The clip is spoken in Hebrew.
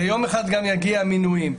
ויום אחד גם יגיעו המינויים.